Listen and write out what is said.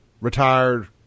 retired